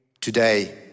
today